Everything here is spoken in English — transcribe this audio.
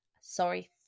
Sorry